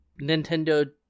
Nintendo